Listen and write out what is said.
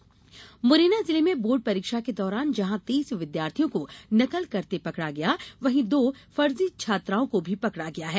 परीक्षा नकल मुरैना जिले में बोर्ड परीक्षा के दौरान जहां तेइस विद्यार्थियों को नकल करते पकडा गया वहीं दो फर्जी छात्राओं को भी पकडा गया है